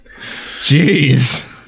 jeez